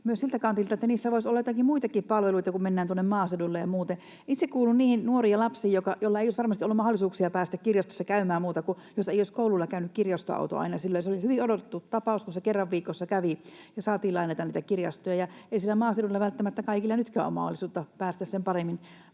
myös siltä kantilta, että niissä voisi olla joitakin muitakin palveluita, kun mennään tuonne maaseudulle ja muuten. Itse kuuluin niihin nuoriin ja lapsiin, joilla ei olisi varmasti ollut mahdollisuuksia muuten päästä kirjastossa käymään, jos ei olisi koululla silloin käynyt kirjastoautoa. Se oli hyvin odotettu tapaus, kun se kerran viikossa kävi ja saatiin lainata niitä kirjoja. Ei siellä maaseudulla välttämättä kaikilla lapsilla nytkään ole mahdollisuutta päästä kirjastoon